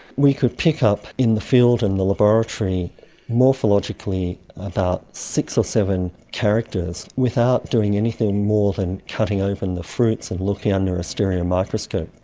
we could pick up in the field and the laboratory morphologically about six or seven characters without doing anything more than cutting open the fruits and looking under a stereo microscope.